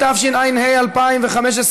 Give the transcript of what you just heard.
התשע"ה 2015,